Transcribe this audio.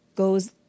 Goes